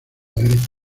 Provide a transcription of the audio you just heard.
derecha